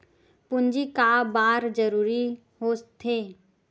पूंजी का बार जरूरी हो थे?